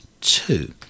two